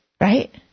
Right